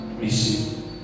receive